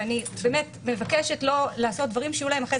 ואני מבקשת לא לעשות דברים שיהיו להם אחרי